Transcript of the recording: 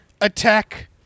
attack